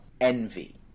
envy